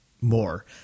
more